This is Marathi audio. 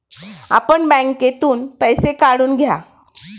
आपण बँकेतून पैसे काढून घ्या